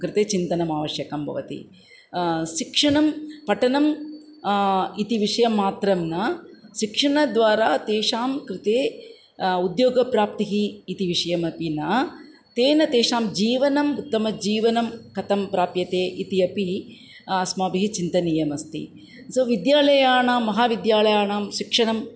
कृते चिन्तनम् आवश्यकं भवति शिक्षणं पठनम् इति विषयमात्रं न शिक्षणद्वारा तेषां कृते उद्योगप्राप्तिः इति विषयम् अपि न तेन तेषां जीवनम् उत्तमजीवनं कथं प्राप्यते इति अपि अस्माभिः चिन्तनीयम् अस्ति सो विद्यालयानां महाविद्यालयानां शिक्षणम्